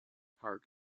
park